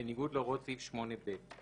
בניגוד להוראות סעיף 8(ב);